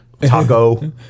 Taco